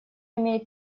имеет